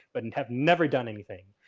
but and have never done anything.